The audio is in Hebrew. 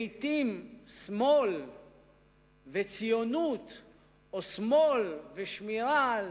לעתים שמאל וציונות או שמאל ושמירה על